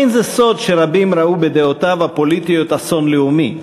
לא סוד הוא שרבים ראו בדעותיו הפוליטיות אסון לאומי,